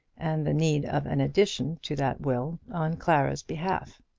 and the need of an addition to that will on clara's behalf.